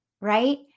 right